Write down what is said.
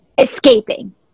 escaping